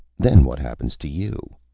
then what happens to you?